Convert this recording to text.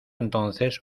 entonces